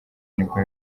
nibwo